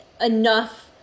enough